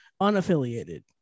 unaffiliated